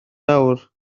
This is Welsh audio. nawr